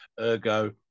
ergo